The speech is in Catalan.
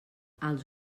als